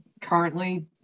currently